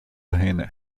гине